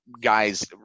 guys